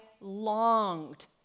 longed